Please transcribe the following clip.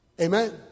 Amen